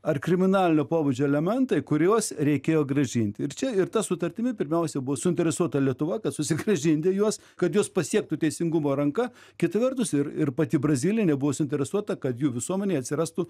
ar kriminalinio pobūdžio elementai kuriuos reikėjo grąžinti ir čia ir ta sutartimi pirmiausia buvo suinteresuota lietuva kad susigrąžinti juos kad jos pasiektų teisingumo ranka kita vertus ir ir pati brazilija nebuvo suinteresuota kad jų visuomenėj atsirastų